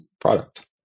product